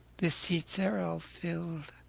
the seats are all filled,